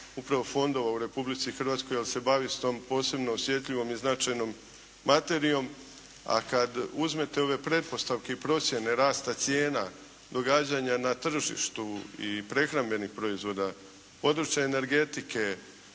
upravo fondova u Republici Hrvatskoj jer se bavi tom posebnom osjetljivom i značajnom materijom a kad uzmete ove pretpostavke i procjene rasta cijena, događanja na tržištu i prehrambenih proizvoda, područja energetike,